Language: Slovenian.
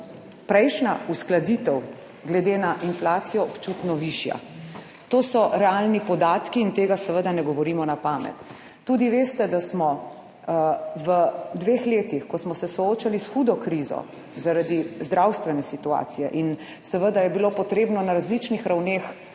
prejšnja uskladitev glede na inflacijo občutno višja. To so realni podatki in tega seveda ne govorimo na pamet. Tudi veste, da smo v dveh letih, ko smo se soočali s hudo krizo zaradi zdravstvene situacije in seveda je bilo potrebno na različnih ravneh